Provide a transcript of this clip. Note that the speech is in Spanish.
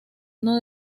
uno